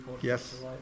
yes